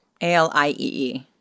A-L-I-E-E